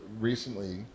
recently